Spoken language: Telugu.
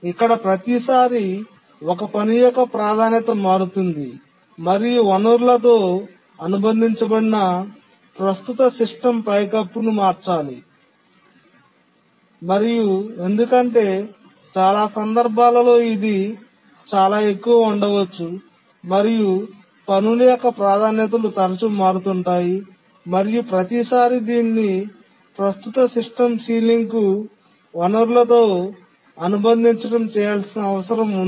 ఇక్కడ ప్రతిసారీ ఒక పని యొక్క ప్రాధాన్యత మారుతుంది మరియు వనరులతో అనుబంధించబడిన ప్రస్తుత సిస్టమ్ పైకప్పును మార్చాలి మరియు ఎందుకంటే చాలా సందర్భాలలో ఇది చాలా ఎక్కువ ఉండవచ్చు మరియు పనుల యొక్క ప్రాధాన్యతలు తరచూ మారుతుంటాయి మరియు ప్రతిసారీ దీన్నిప్రస్తుత సిస్టమ్ సీలింగ్కు వనరులతో అనుబంధిచడం చేయాల్సిన అవసరం ఉంది